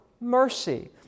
mercy